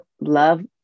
love